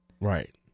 Right